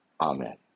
Amen